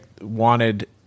wanted